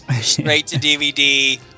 straight-to-DVD